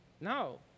No